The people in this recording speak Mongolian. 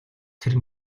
тэр